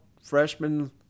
freshman